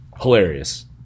Hilarious